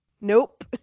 Nope